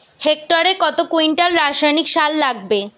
হেক্টরে কত কুইন্টাল রাসায়নিক সার লাগবে?